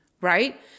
right